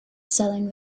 selling